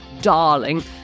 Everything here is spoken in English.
darling